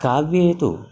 काव्ये तु